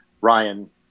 Ryan